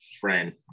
friend